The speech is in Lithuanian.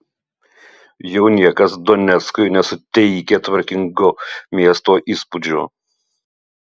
jau niekas doneckui nesuteikia tvarkingo miesto įspūdžio